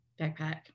backpack